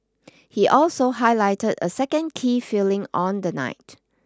he also highlighted a second key failing on the night